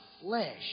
flesh